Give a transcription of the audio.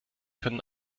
können